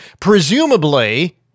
Presumably